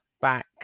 back